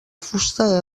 fusta